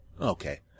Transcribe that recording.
Okay